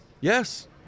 Yes